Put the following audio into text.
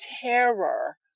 terror